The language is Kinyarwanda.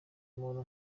umuntu